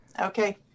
Okay